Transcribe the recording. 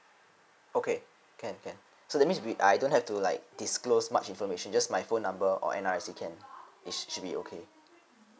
okay can can so that means we I don't have to like disclose much information just my phone number or N_R_I_C can it should be okay